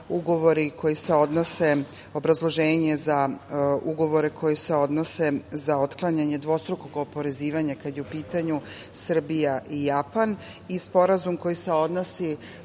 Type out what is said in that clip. dnevnog reda, obrazloženje za ugovore koji se odnose na otklanjanje dvostrukog oporezivanja kada je u pitanju Srbija i Japan i sporazum koji se odnosi